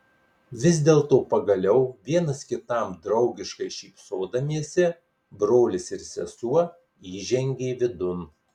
vis dėlto pagaliau vienas kitam draugiškai šypsodamiesi brolis ir sesuo įžengė vidun